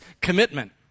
commitment